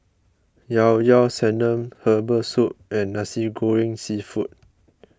Ilao Ilao Sanum Herbal Soup and Nasi Goreng Seafood